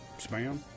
Spam